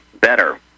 better